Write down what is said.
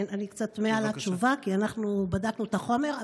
כן, אני קצת מעל התשובה, כי בדקנו את החומר.